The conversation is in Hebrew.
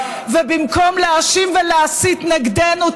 ובמקום להאשים ולהסית נגדנו,